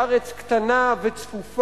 והארץ קטנה וצפופה.